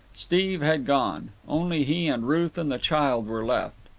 steve had gone. only he and ruth and the child were left.